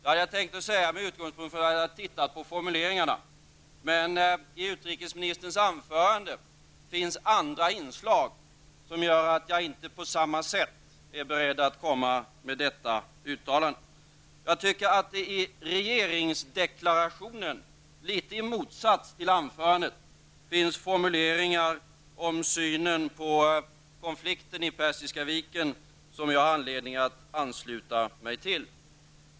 Jag hade tänkt säga detta med utgångspunkt i att jag hade tittat på formuleringarna, men i utrikesministerns anförande finns andra inslag som gör att jag inte på samma sätt är beredd att komma med detta uttalande. Jag tycker att det i regeringsdeklarationen, litet i motsats till anförandet, finns formuleringar om synen på konflikten i Persiska viken som jag har anledning att ansluta mig till.